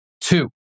two